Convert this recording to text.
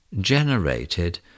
generated